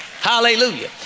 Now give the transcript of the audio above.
Hallelujah